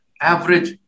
average